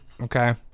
okay